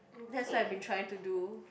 that's what I've been trying to do